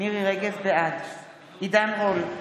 בעד עידן רול,